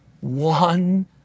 one